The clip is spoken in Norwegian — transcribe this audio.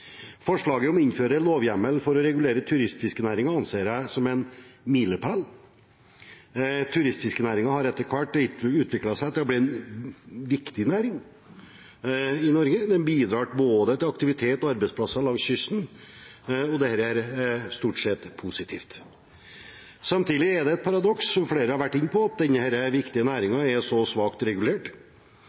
Forslaget om å innføre en lovhjemmel for å regulere turistfiskenæringen anser jeg som en milepæl. Turistfiskenæringen har etter hvert utviklet seg til å bli en viktig næring i Norge. Den bidrar til både aktivitet og arbeidsplasser langs kysten, og dette er stort sett positivt. Samtidig er det et paradoks, noe flere har vært inne på, at denne viktige næringen er så svakt regulert